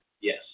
Yes